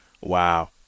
Wow